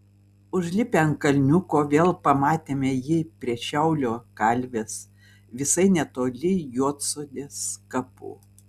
užlipę ant kalniuko vėl pamatėme jį prie šiaulio kalvės visai netoli juodsodės kapų